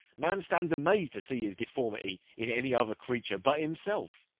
man stands amaz'd to see his deformity in any other creature but himself.